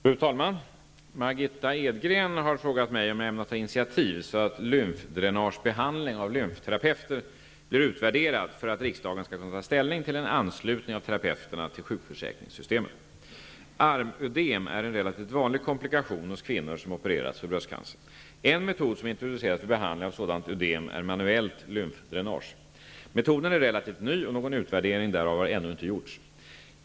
Fru talman! Margitta Edgren har frågat mig om jag ämnar ta initiativ så att lymfdränagebehandling av lymfterapeuter blir utvärderad för att riksdagen skall kunna ta ställning till en anslutning av terapeuterna till sjukförsäkringssystemet. Armödenm är en relativt vanlig komplikation hos kvinnor som opererats för bröstcancer. En metod som introducerats för behandling av sådant ödem är manuellt lymfdränage. Metoden är relativt ny och någon utvärdering därav har ännu inte gjorts.